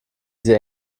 sie